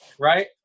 right